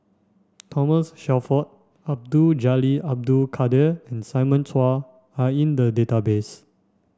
Thomas Shelford Abdul Jalil Abdul Kadir and Simon Chua are in the database